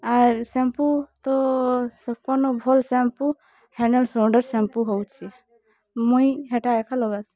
ଆର shampoo ତୋ ସବକର ନୁ ଭଲ ସାମ୍ପୁ ହେଡ଼ନେ ସୋଲଡ଼ର ସାମ୍ପୁ ହଉଚି ମୁଇଁ ହେଟା ଏକା ଲଗାସି